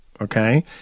okay